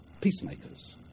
peacemakers